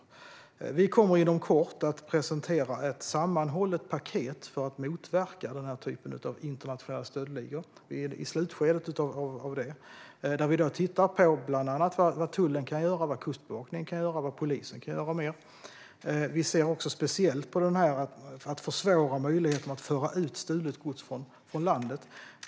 Regeringen kommer inom kort att presentera ett sammanhållet paket för att motverka den typen av internationella stöldligor. Vi är i slutskedet av arbetet. Vi tittar på bland annat vad tullen, Kustbevakningen och polisen kan göra. Vi tittar speciellt på att försvåra möjligheterna att föra ut stulet gods från landet.